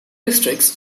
districts